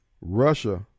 Russia